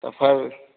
سفر